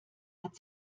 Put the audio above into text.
hat